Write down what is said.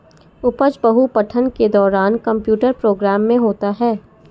उपज बहु पठन के दौरान कंप्यूटर प्रोग्राम में होता है